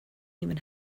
even